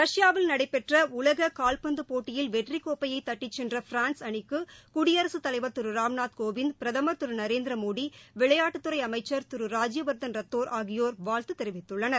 ரஷ்யாவில் நடைபெற்ற உலக காவ்பந்து போட்டியில் வெற்றி கோப்பையை தட்டி சென்ற பிரான்ஸ் அணிக்கு குடியரசுத் தலைவர் திரு ராம்நாத் கோவிந்த் பிரதமர் திரு நரேந்திரமோடி விளையாட்டுத்துறை அமைச்சர் திரு ்ராஜ்யவர்த்ன் ்ரத்தோர் ஆகியோர் வாழ்த்து தெரிவித்துள்ளனர்